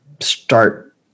start